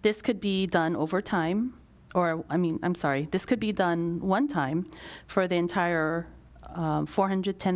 this could be done over time or i mean i'm sorry this could be done one time for the entire four hundred ten